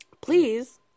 Please